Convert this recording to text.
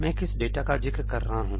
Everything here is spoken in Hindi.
मैं किस डेटा का जिक्र कर रहा हूं